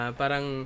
parang